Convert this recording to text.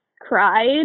cried